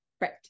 Right